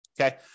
Okay